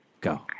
Go